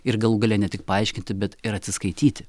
ir galų gale ne tik paaiškinti bet ir atsiskaityti